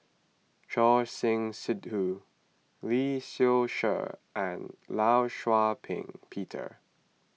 Choor Singh Sidhu Lee Seow Ser and Law Shau Ping Peter